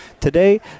Today